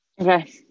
Okay